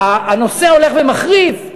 הנושא הולך ומחריף.